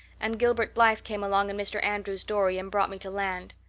and gilbert blythe came along in mr. andrews's dory and brought me to land.